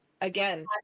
Again